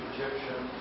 Egyptian